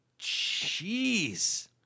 Jeez